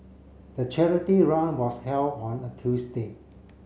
the charity run was held on a Tuesday